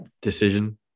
decision